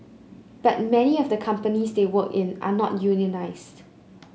but many of the companies they work in are not unionised